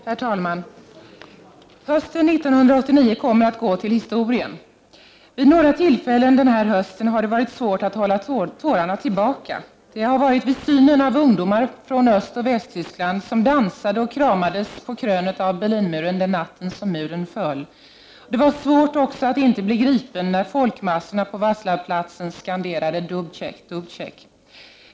Herr talman! Hösten 1989 kommer att gå till historien. Det har vid några tillfällen denna höst varit svårt att hålla tårarna tillbaka. Det gällde vid synen av ungdomar från Östoch Västtyskland som dansade och kramades på krö 7 net av Berlinmuren den natten muren föll. Det var också svårt att inte bli gripen när folkmassorna på Vaclavplatsen skanderade: Dubcek, Dubcek.